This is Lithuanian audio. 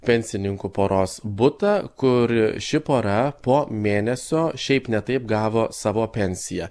pensininkų poros butą kur ši pora po mėnesio šiaip ne taip gavo savo pensiją